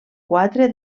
quatre